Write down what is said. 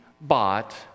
bought